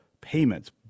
payments